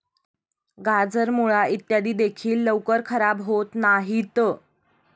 गाजर, मुळा इत्यादी देखील लवकर खराब होत नाहीत